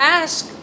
ask